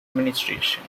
administration